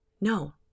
No